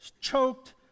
choked